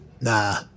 nah